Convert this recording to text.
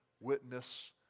witness